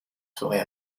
soirée